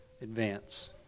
advance